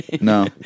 No